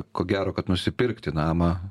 ko gero kad nusipirkti namą